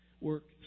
work